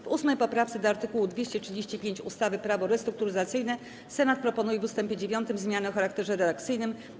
W 8. poprawce do art. 235 ustawy Prawo restrukturyzacyjne Senat proponuje w ust. 9 zmianę o charakterze redakcyjnym.